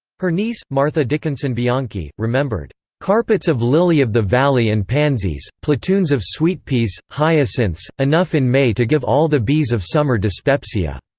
her niece, martha dickinson bianchi, remembered carpets of lily-of-the-valley and pansies, platoons of sweetpeas, hyacinths, enough in may to give all the bees of summer dyspepsia.